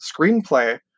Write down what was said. screenplay